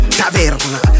taverna